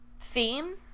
theme